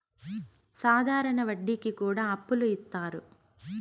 సాధారణ వడ్డీ కి కూడా అప్పులు ఇత్తారు